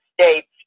States